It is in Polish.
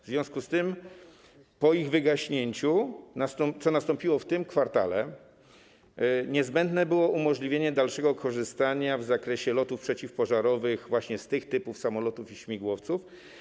W związku z tym po ich wygaśnięciu, co nastąpiło w tym kwartale, niezbędne było umożliwienie dalszego korzystania w zakresie lotów przeciwpożarowych z tych typów samolotów i śmigłowców.